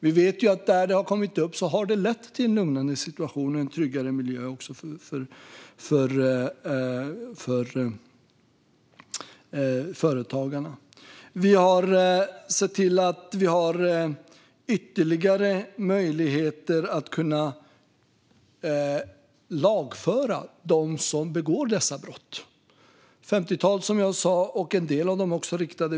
Vi vet att där de har kommit upp har det lett till en lugnare situation och en tryggare miljö också för företagarna. Vi har sett till att vi har ytterligare möjligheter att lagföra dem som begår dessa brott. Som jag sa är det ett femtiotal lagskärpningar.